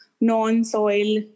non-soil